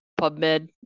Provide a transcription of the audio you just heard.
PubMed